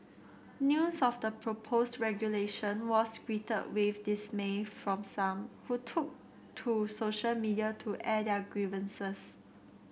news of the proposed regulation was greeted with dismay from some who took to social media to air their grievances